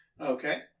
okay